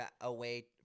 away